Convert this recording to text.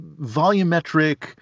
volumetric